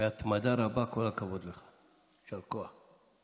בהתמדה רבה, כל הכבוד לך, יישר כוח.